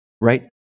right